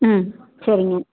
ம் சரிங்க